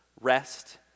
rest